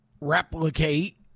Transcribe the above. replicate